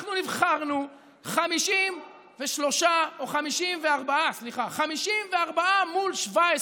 אנחנו נבחרנו, 53, או 54, סליחה, 54 מול 17,